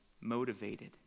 motivated